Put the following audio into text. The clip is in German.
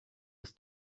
ist